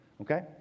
okay